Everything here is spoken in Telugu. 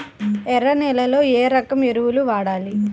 ఎర్ర నేలలో ఏ రకం ఎరువులు వాడాలి?